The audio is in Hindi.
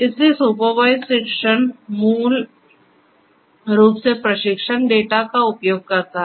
इसलिए सुपरवाइजड शिक्षण मूल रूप से प्रशिक्षण डेटा का उपयोग करता है